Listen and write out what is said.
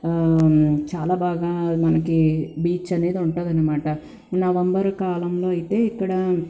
చాలా బాగా మనకి బీచ్చనేది ఉంటుందనమాట నవంబర్ కాలంలో అయితే ఇక్కడ